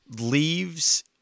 Leaves